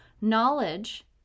Knowledge